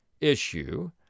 issue